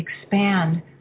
expand